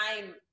time